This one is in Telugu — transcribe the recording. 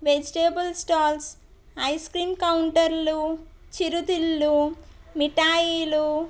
వెజిటేబుల్ స్టాల్స్ ఐస్క్రీం కౌంటర్లు చిరుతిళ్ళు మిఠాయిలు